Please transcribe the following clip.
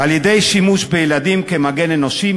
על-ידי שימוש בילדים כמגן אנושי,